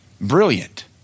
Brilliant